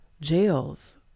jails